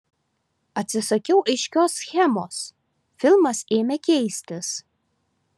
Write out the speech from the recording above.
atsisakiau aiškios schemos filmas ėmė keistis